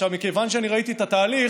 מכיוון שאני ראיתי את התהליך,